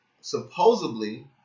supposedly